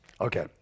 Okay